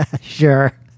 Sure